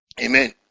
amen